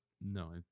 No